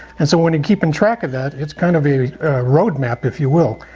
and so when you're keeping track of that it's kind of a road map, if you will.